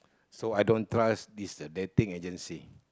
so I don't trust this a dating agency